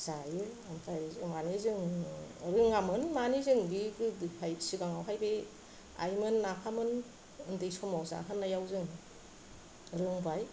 जायो ओमफ्राय माने जों रोङामोन माने जों गोदोहाय सिगाङावहाय आइमोन आफामोन उन्दै समाव जाहोनायाव जों रोंबाय